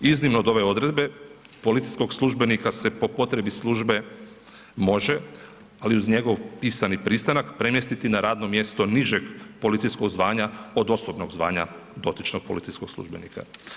Iznimno od ove odredbe policijskog službenika se po potrebi službe može, ali uz njegov pisani pristanak premjestiti na radno mjesto nižeg policijskog zvanja od osobnog zvanja dotičnog policijskog službenika.